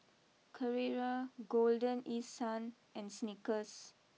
Carrera Golden East Sun and Snickers